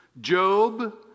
Job